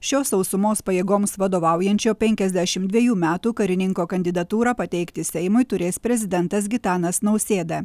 šio sausumos pajėgoms vadovaujančio penkiasdešim dvejų metų karininko kandidatūrą pateikti seimui turės prezidentas gitanas nausėda